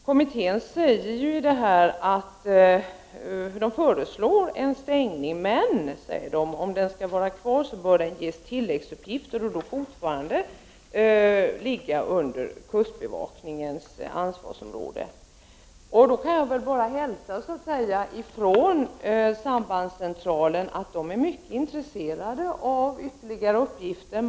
Kommittén föreslår nämligen en stängning, men att sambandscentralen, om den skall vara kvar, bör ges tilläggsuppgifter och fortfarande skall ligga under kustbevakningens ansvarsområde. Jag kan hälsa från sambandscentralen att man där är mycket intresserad av ytterligare uppgifter.